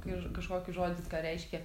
kaiž kažkokį žodį ką reiškia